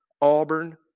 Auburn